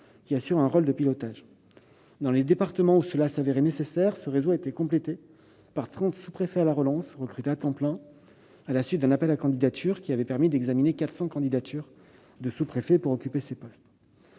qui assure un rôle de pilotage. Dans les départements où cela s'est révélé nécessaire, ce réseau a été complété par trente sous-préfets à la relance recrutés à temps plein, à la suite d'un appel à candidatures ayant permis d'examiner 400 candidatures. Leur rôle, sous l'autorité